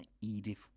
Edith